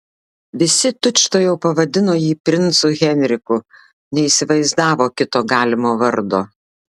visi tučtuojau pavadino jį princu henriku neįsivaizdavo kito galimo vardo